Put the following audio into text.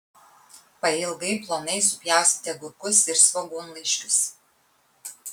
pailgai plonai supjaustyti agurkus ir svogūnlaiškius